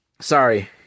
Sorry